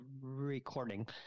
recording